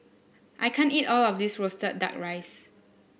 I can't eat all of this roasted duck rice